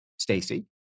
Stacy